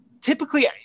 typically